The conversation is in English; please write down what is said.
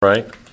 right